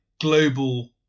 Global